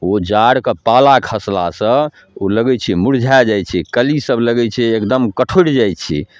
ओ जाड़के पाला खसलासँ ओ लगै छै मुरझा जाइ छै कलीसब लगै छै एकदम कठुरि जाइ छै